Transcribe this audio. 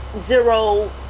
Zero